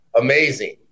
amazing